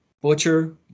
butcher